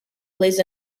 plays